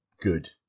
good